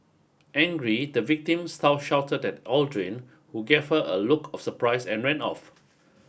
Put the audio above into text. angry the victim shouted shouted at Aldrin who gave her a look of surprise and ran off